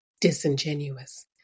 disingenuous